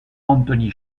anthony